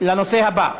לנושא הבא: